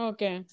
Okay